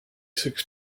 six